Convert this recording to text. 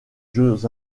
jeux